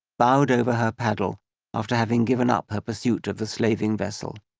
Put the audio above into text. bowed over her paddle after having given up her pursuit of the slaving vessel.